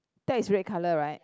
tag is red colour right